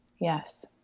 yes